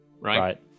Right